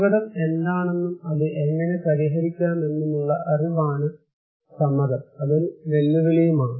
അപകടം എന്താണെന്നും അത് എങ്ങനെ പരിഹരിക്കാമെന്നുമുള്ള അറിവാണ് സമ്മതം അതൊരു വെല്ലുവിളിയുമാണ്